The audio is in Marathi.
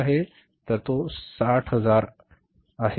आम्हाला दिलेली रक्कम 60000 आहे